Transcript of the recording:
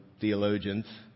theologians